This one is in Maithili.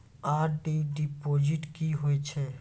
आर.डी डिपॉजिट की होय छै?